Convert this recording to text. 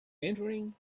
entering